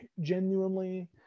genuinely